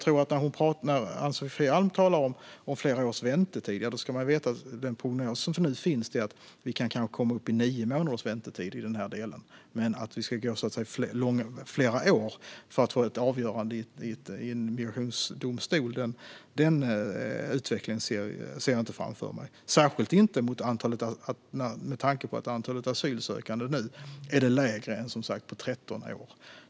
När Ann-Sofie Alm talar om flera års väntetid ska man veta att prognosen är att det kan bli nio månaders väntetid, men utvecklingen att det ska gå flera år för att få ett avgörande i en migrationsdomstol ser jag inte framför mig - särskilt inte med tanke på att antalet asylsökande är lägre än på 13 år.